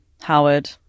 Howard